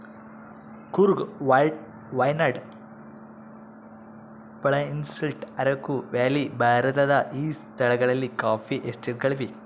Coorg Wayanad Palani Hills Araku Valley ಭಾರತದ ಈ ಸ್ಥಳಗಳಲ್ಲಿ ಕಾಫಿ ಎಸ್ಟೇಟ್ ಗಳಿವೆ